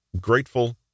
grateful